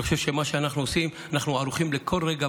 אני חושב שבמה שאנחנו עושים אנחנו ערוכים לכל רגע.